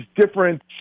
different